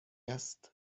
است